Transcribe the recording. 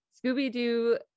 Scooby-Doo